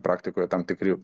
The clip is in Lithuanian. praktikoje tam tikri